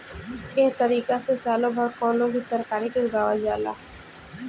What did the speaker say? एह तारिका से सालो भर कवनो भी तरकारी के उगावल जाला